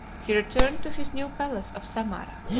he returned to his new palace of samara,